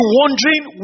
wondering